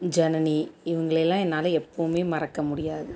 ஜனனி இவங்களை எல்லாம் என்னால் எப்போவுமே மறக்க முடியாது